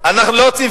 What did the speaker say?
זה טוב לנו.